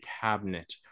cabinet